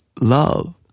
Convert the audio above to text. Love